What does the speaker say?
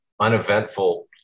uneventful